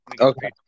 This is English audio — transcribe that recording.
Okay